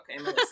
okay